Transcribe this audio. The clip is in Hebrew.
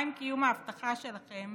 מה עם קיום ההבטחה שלכם